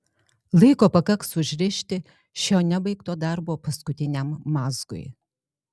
laiko pakaks užrišti šio nebaigto darbo paskutiniam mazgui